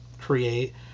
create